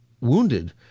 wounded